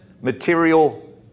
material